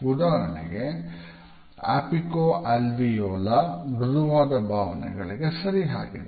ಉದಾಹರಣೆಗೆ ಅಪಿಕಾ ಅಲ್ವೇಒಲರ್ ಮೃದುವಾದ ಭಾವನೆಗಳಿಗೆ ಸಹಕಾರಿಯಾಗಿದೆ